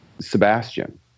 Sebastian